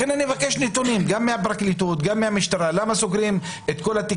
לכן אני אבקש נתונים גם מהפרקליטות וגם מהמשטרה למה סוגרים 60%